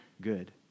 good